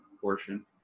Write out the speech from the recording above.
portion